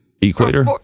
equator